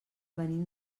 venim